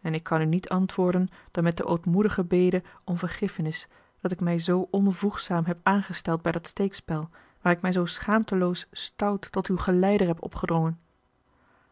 en ik kan u niet antwoorden dan met de ootmoedige bede om vergiffenis dat ik mij zoo onvoegzaam heb aangesteld bij dat steekspel waar ik mij zoo schaamteloos stout tot uw geleider heb opgedrongen